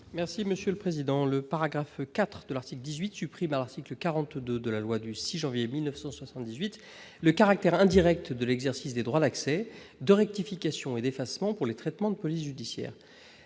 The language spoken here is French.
est à M. Jérôme Durain. Le paragraphe IV de l'article 18 supprime à l'article 42 de la loi du 6 janvier 1978 le caractère indirect de l'exercice des droits d'accès, de rectification et d'effacement pour les traitements de police judiciaire.